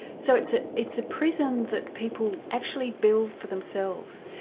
so it's ah it's a prison that people actually build for themselves?